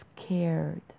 scared